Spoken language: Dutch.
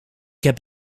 heb